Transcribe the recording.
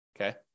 Okay